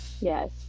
yes